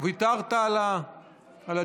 ויתרת על התשובה.